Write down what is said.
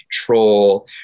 control